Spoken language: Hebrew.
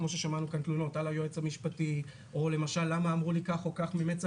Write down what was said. כמו ששמענו תלונות על היועץ המשפטי או למשל אמרו לי כך או כך ממצ"ח.